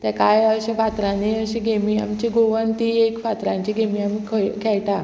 ताकाय अशे फातरांनी अशी गेमी आमची गोवन ती एक फातरांची गेमी आमी खंय खेळटा